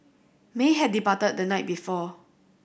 may had departed the night before